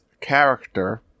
character